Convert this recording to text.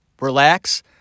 relax